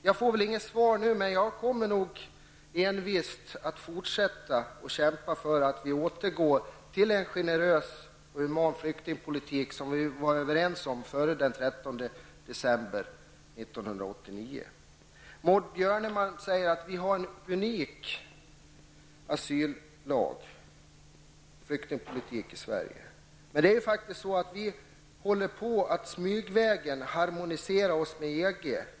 Jag får väl inget svar nu heller, men jag kommer nog envist att fortsätta att kämpa för att vi skall återgå till den generösa och humana flyktingpolitik som vi var överens om före den 13 december 1989. Maud Björnemalm säger att vi bedriver en unik flyktingpolitik i Sverige. Men vi håller på att smygvägen harmonisera oss med EG.